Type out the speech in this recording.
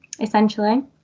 essentially